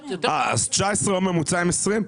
אז לפי 2019 או לפי ממוצע עם 2020?